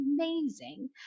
amazing